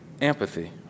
empathy